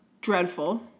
dreadful